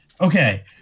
okay